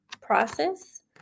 process